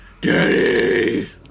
Daddy